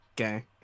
Okay